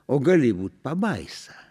o gali būt pabaisa